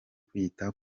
kwita